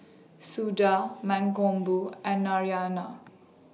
Suda Mankombu and Narayana